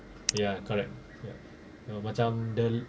ya correct ya ya macam the